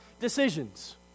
decisions